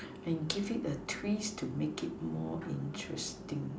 and give it a twist to make it more interesting